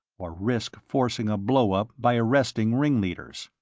or risk forcing a blowup by arresting ringleaders.